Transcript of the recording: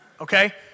okay